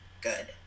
good